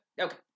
Okay